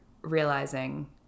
realizing